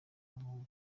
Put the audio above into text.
mavubi